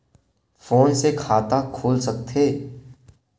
Phone से खाता खुल सकथे?